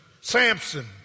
Samson